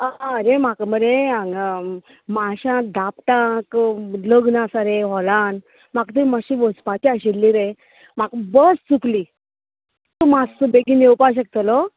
आं हां म्हाका मरे हांगा माश्यां दापटाक लग्न आसा रे हॉलान म्हाका मातशें थंय वचपाचें आशिल्लें रे म्हाका बस चुकली तूं मातसो बेगीन योवपा शकतलो